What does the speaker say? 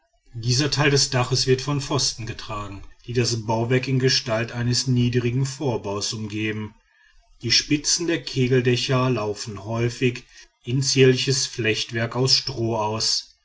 dieser teil des dachs wird von pfosten getragen die das bauwerk in gestalt eines niedern vorbaus umgeben die spitzen der kegeldächer laufen häufig in zierliches flechtwerk aus stroh aus